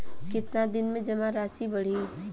कितना दिन में जमा राशि बढ़ी?